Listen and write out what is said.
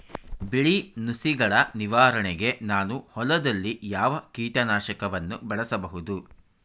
ಬಿಳಿ ನುಸಿಗಳ ನಿವಾರಣೆಗೆ ನಾನು ಹೊಲದಲ್ಲಿ ಯಾವ ಕೀಟ ನಾಶಕವನ್ನು ಬಳಸಬಹುದು?